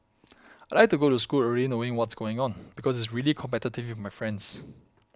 I like to go to school already knowing what's going on because it's really competitive with my friends